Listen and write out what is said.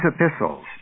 epistles